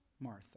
Martha